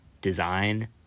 design